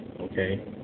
okay